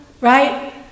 right